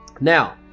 Now